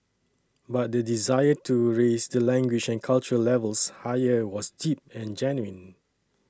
but the desire to raise the language and cultural levels higher was deep and genuine